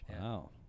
Wow